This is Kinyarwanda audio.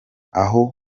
aho